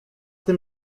tym